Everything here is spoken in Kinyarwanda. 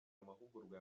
amahugurwa